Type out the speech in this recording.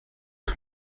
que